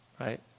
right